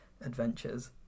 adventures